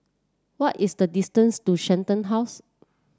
what is the distance to Shenton House